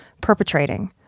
perpetrating